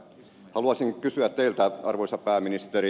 haluaisin kysyä teiltä arvoisa pääministeri